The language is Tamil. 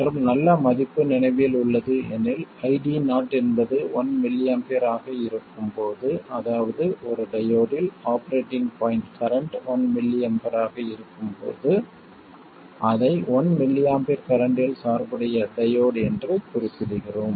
மற்றும் நல்ல மதிப்பு நினைவில் உள்ளது எனில் ID0 என்பது 1mA ஆக இருக்கும் போது அதாவது ஒரு டையோடில் ஆபரேட்டிங் பாய்ண்ட் கரண்ட் 1mA ஆக இருக்கும்போது அதை 1mA கரண்ட்டில் சார்புடைய டையோடு என்று குறிப்பிடுகிறோம்